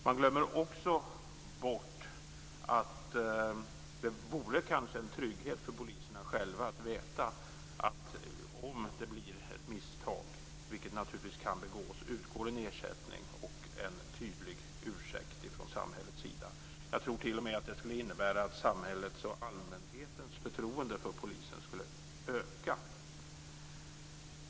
Man glömmer också bort att det kanske vore en trygghet för poliserna själva att veta att om det blir ett misstag, vilket naturligtvis kan begås, utgår ersättning och en tydlig ursäkt från samhällets sida. Jag tror att det t.o.m. skulle innebära att samhällets och allmänhetens förtroende för polisen ökade.